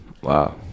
Wow